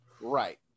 Right